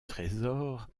trésor